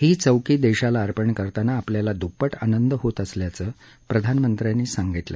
ही चौकी देशाला अर्पण करताना आपल्याला द्प्पट आनंद होत असल्याचं प्रधानमंत्र्यांनी सांगितलं